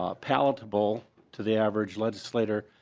ah palatable to the average legislator.